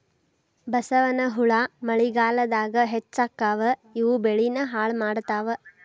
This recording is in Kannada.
ಬಸವನಹುಳಾ ಮಳಿಗಾಲದಾಗ ಹೆಚ್ಚಕ್ಕಾವ ಇವು ಬೆಳಿನ ಹಾಳ ಮಾಡತಾವ